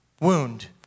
Wound